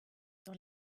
dans